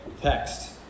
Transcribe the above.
text